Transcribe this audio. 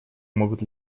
могут